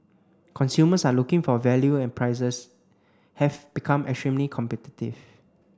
consumers are looking for value and prices have become extremely competitive